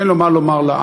אין לו מה לומר לעם.